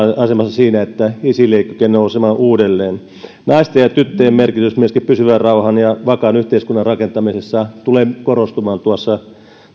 avainasemassa siinä että isil ei kykene nousemaan uudelleen myöskin naisten ja tyttöjen merkitys pysyvän rauhan ja vakaan yhteiskunnan rakentamisessa tulee korostumaan tuossa